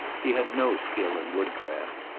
he had no skill in woodcraft,